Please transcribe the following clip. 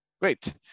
Great